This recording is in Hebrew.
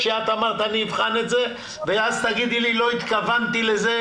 כשאת אמרת: אני אבחן את זה ואז תגידי לי: לא התכוונתי לזה,